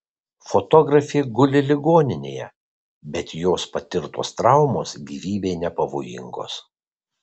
fotografė guli ligoninėje bet jos patirtos traumos gyvybei nepavojingos